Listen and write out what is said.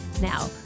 Now